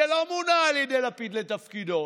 שלא מונה על ידי לפיד לתפקידו